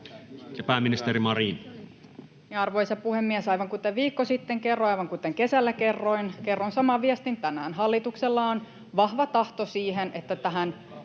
pääministeri Marin. Arvoisa puhemies! Aivan kuten viikko sitten kerroin, aivan kuten kesällä kerroin, kerron saman viestin tänään: hallituksella on vahva tahto siihen, että tähän